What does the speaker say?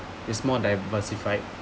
it's more diversified